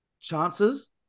chances